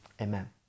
Amen